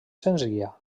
senzilla